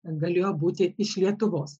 galėjo būti iš lietuvos